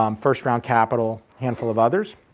um first round capital, handful of others.